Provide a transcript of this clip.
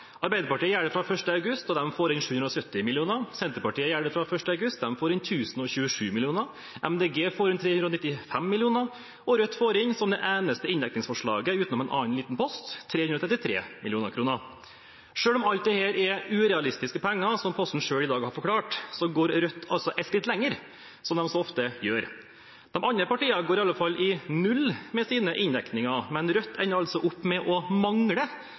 Arbeiderpartiet gjør det fra 1. august, og de får inn 770 mill. kr. Senterpartiet gjør det fra 1. august, men de får inn 1 027 mill. kr. Miljøpartiet De Grønne får inn 395 mill. kr, og Rødt får inn, som det eneste inndekningsforslaget, utenom en annen liten post, 333 mill. kr. Selv om alt dette er urealistiske penger, som Posten selv i dag har forklart, går altså Rødt et skritt lenger, som de så ofte gjør. De andre partiene går i alle fall i null med sine inndekninger, men Rødt ender opp med å mangle